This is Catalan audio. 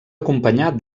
acompanyar